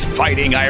fighting